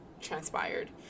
transpired